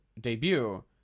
Debut